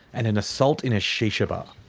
and an assault in a shisha bar.